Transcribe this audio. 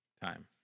time